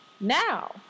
now